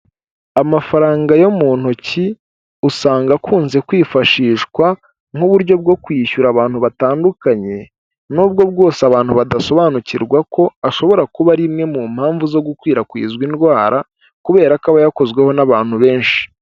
Amafaranga yo mu ntoki usanga akunze kwifashishwa nk'uburyo bwo kwishyura abantu batandukanye, nubwo bwose abantu badasobanukirwa ko ashobora kuba ari imwe mu mpamvu zo gukwirakwizwa indwara, kubera ko aba yakozweho n'abantu benshi.